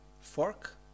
fork